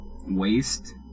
waste